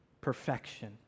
perfection